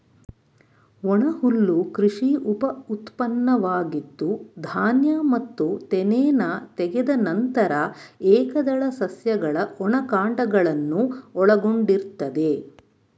ಒಣಹುಲ್ಲು ಕೃಷಿ ಉಪಉತ್ಪನ್ನವಾಗಿದ್ದು ಧಾನ್ಯ ಮತ್ತು ತೆನೆನ ತೆಗೆದ ನಂತರ ಏಕದಳ ಸಸ್ಯಗಳ ಒಣ ಕಾಂಡಗಳನ್ನು ಒಳಗೊಂಡಿರ್ತದೆ